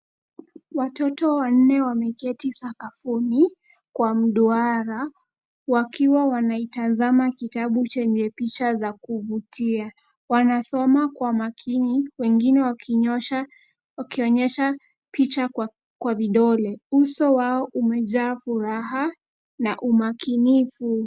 Watoto wanne wameketi sakafuni kwa mduara wakiwa wameitazama kitabu chenye picha za kuvutia. Wanasoma kwa makini wengine wakionyesha picha kwa vidole. Uso wao umejaa furaha na umakinifu.